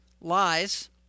lies